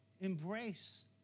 Embrace